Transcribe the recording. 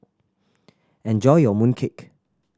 enjoy your mooncake